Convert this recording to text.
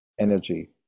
energy